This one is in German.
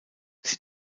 sie